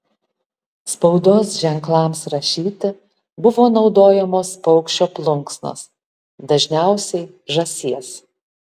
spaudos ženklams rašyti buvo naudojamos paukščio plunksnos dažniausiai žąsies